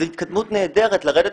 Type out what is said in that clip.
זו התקדמות נהדרת לרדת